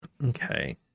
Okay